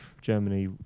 Germany